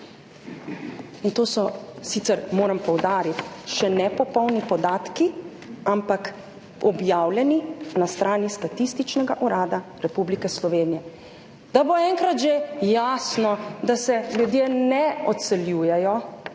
In to so sicer, moram poudariti, še nepopolni podatki, ampak objavljeni na strani Statističnega urada Republike Slovenije. Da bo enkrat že jasno, da se ljudje ne odseljujejo,